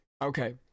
Okay